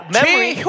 memory